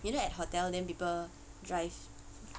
you know at hotel then people drive